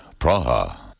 Praha